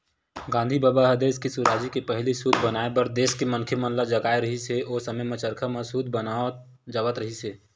गांधी बबा ह देस के सुराजी के पहिली सूत बनाए बर देस के मनखे मन ल जगाए रिहिस हे, ओ समे म चरखा म सूत बनाए जावत रिहिस हे